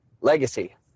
Legacy